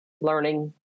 learning